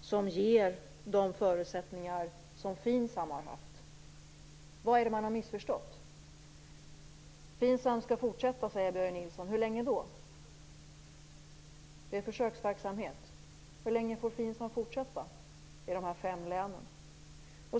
som ger de förutsättningar som FINSAM har haft? Vad är det som man har missförstått? FINSAM skall fortsätta, säger Börje Nilsson. FINSAM är en försöksverksamhet. Men hur länge får FINSAM fortsätta i de fem länen?